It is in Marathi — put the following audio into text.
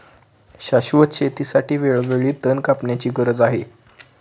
शाश्वत शेतीसाठी वेळोवेळी तण कापण्याची गरज आहे